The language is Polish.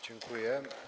Dziękuję.